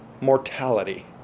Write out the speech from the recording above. mortality